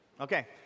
Okay